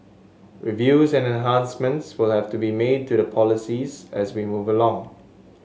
reviews and enhancements will have to be made to the policies as we move along